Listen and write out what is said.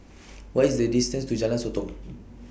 What IS The distance to Jalan Sotong